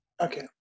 okay